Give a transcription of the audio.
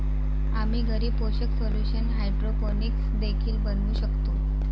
आम्ही घरी पोषक सोल्यूशन हायड्रोपोनिक्स देखील बनवू शकतो